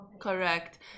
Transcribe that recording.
Correct